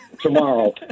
tomorrow